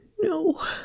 No